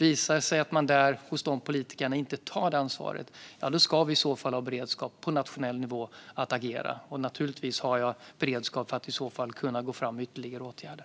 Visar det sig att politikerna där inte tar det ansvaret ska vi ha beredskap att agera på nationell nivå. Naturligtvis har jag beredskap för att i så fall gå fram med ytterligare åtgärder.